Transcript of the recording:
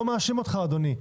אני לא מאשים אותך אדוני.